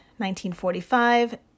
1945